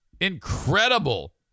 incredible